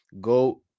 go